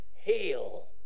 Hail